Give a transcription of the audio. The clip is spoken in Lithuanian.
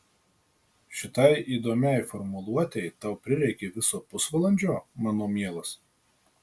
šitai įdomiai formuluotei tau prireikė viso pusvalandžio mano mielas